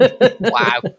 wow